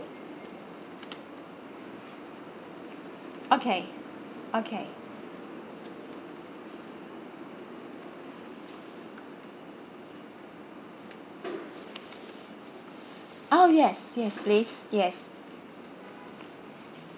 okay okay oh yes yes please yes